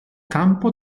campo